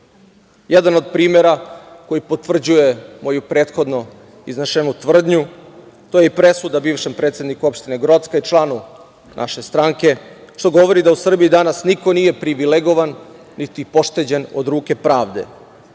Jedan od primera koji potvrđuje moju prethodno iznetu tvrdnju to je presuda bivšem predsedniku opštine Grocka i članu naše stranke, što govori da u Srbiji niko nije privilegovan, niti pošteđen od ruke pravde. Budućim